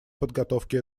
подготовки